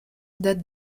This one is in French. datent